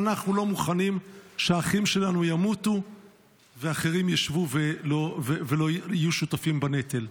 אנחנו לא מוכנים שהאחים שלנו ימותו ואחרים ישבו ולא יהיו שותפים בנטל.